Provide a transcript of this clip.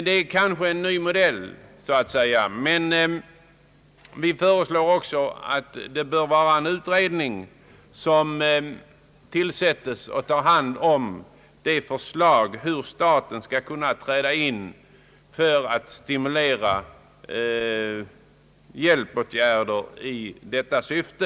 Denna utgör så att säga en ny modell, men vi föreslår också att en utredning tillsättes om hur staten skall kunna träda in för att stimulera till hjälpåtgärder i detta syfte.